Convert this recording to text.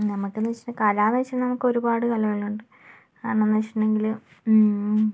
നമുക്കെന്നു വെച്ചാൽ കല എന്നു വെച്ചാൽ നമുക്ക് ഒരുപാട് കലകളുണ്ട് കാരണമെന്നു വെച്ചിട്ടുണ്ടങ്കില്